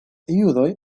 judoj